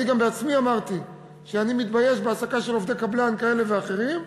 אני עצמי גם אמרתי שאני מתבייש בהעסקה של עובדי קבלן כאלה ואחרים,